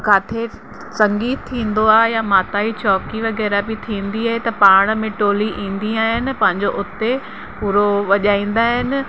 किथे संगीत थींदो आहे या माता ई चौकी वग़ैरह बि थींदी आहे त पाण में टोली ईंदी आहे न पंहिंजो उते पूरो वॼाईंदा आहिनि